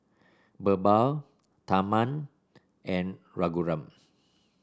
BirbaL Tharman and Raghuram